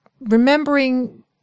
remembering